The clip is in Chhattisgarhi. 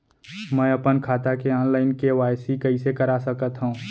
मैं अपन खाता के ऑनलाइन के.वाई.सी कइसे करा सकत हव?